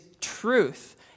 truth